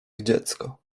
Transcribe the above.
dziecko